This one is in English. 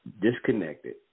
disconnected